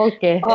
Okay